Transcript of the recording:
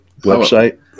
website